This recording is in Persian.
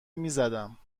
میزدم